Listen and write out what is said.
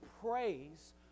praise